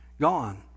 gone